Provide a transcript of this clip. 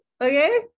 Okay